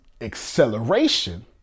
acceleration